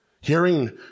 hearing